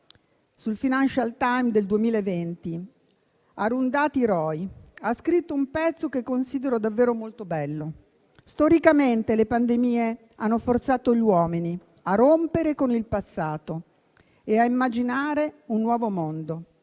sul «Financial Times» un pezzo che considero davvero molto bello. Storicamente le pandemie hanno forzato gli uomini a rompere con il passato e a immaginare un nuovo mondo.